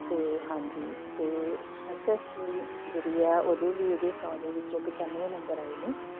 ਅਤੇ ਹਾਂਜੀ ਅਤੇ ਐੱਸ ਐੱਸ ਟੀ ਜਿਹੜੀ ਆ ਉਹਦੇ ਵੀ ਇਹਦੇ ਸੌ ਦੇ ਵਿੱਚੋਂ ਪਚਾਨਵੇਂ ਨੰਬਰ ਆਏ ਨੇ